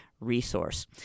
resource